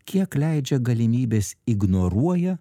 kiek leidžia galimybės ignoruoja